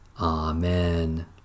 Amen